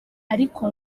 ariko